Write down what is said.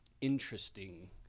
interesting